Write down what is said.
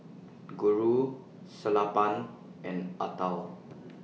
Guru Sellapan and Atal